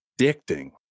addicting